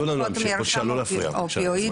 בבקשה לא להפריע.